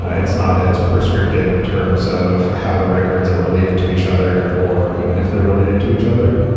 it's not as prescriptive in terms of how the records are related to each other or even if they're related to each other.